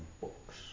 books